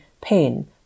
pain